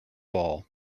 ball